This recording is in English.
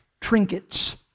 trinkets